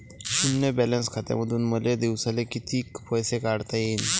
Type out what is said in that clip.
शुन्य बॅलन्स खात्यामंधून मले दिवसाले कितीक पैसे काढता येईन?